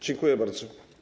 Dziękuję bardzo.